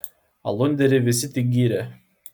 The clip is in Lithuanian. alunderį visi tik gyrė